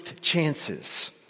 chances